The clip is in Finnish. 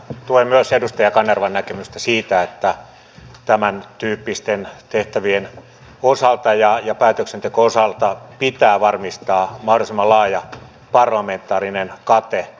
tuen myös edustaja kanervan näkemystä siitä että tämäntyyppisten tehtävien ja päätöksenteon osalta pitää varmistaa mahdollisimman laaja parlamentaarinen kate